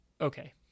Okay